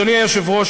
אדוני היושב-ראש,